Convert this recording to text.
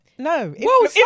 No